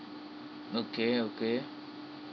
okay okay